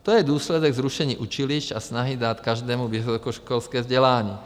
To je důsledek zrušení učilišť a snahy dát každému vysokoškolské vzdělání.